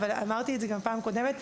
אבל אמרתי גם בפעם הקודמת,